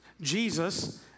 Jesus